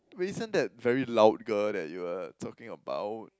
wait isn't that very loud girl that you were talking about